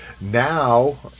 now